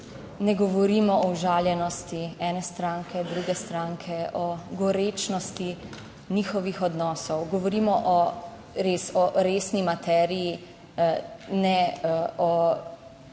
Ne govorimo o užaljenosti ene stranke, druge stranke, o gorečnosti njihovih odnosov, govorimo res o resni materiji ne o